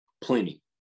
Plenty